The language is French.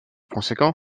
conséquent